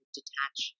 detach